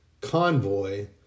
convoy